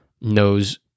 knows